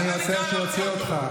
אני רוצה שהוא יוציא אותך.